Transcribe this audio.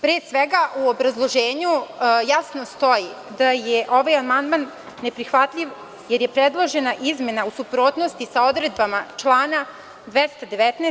Pre svega, u obrazloženju jasno stoji da je ovaj amandman neprihvatljiv, jer je predložena izmena u suprotnosti sa odredbama člana 219.